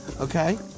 okay